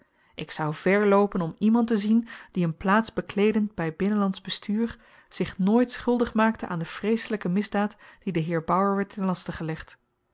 ik zou ver loopen om iemand te zien die n plaats bekleedend by binnenlandsch bestuur zich nooit schuldig maakte aan de vreeselyke misdaad die den heer bauer werd ten laste gelegd